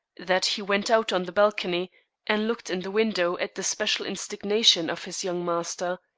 that he went out on the balcony and looked in the window at the special instigation of his young master.